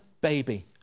baby